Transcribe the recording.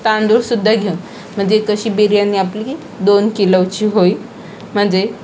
तांदूळ सुद्धा घेऊ म्हणजे कशी बिर्याणी आपली दोन किलोची होईल म्हणजे